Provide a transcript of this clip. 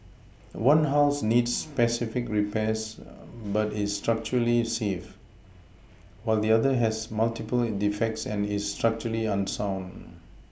one house needs specific repairs but is structurally safe while the other has multiple defects and is structurally unsound